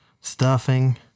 stuffing